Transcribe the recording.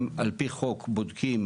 הם היום על פי חוק בודקים,